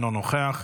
אינו נוכח,